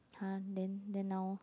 !huh! then then now